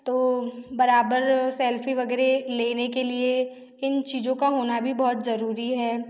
तो बराबर सेल्फी वग़ैरह लेने के लिए इन चीज़ों का होना भी बहुत ज़रूरी है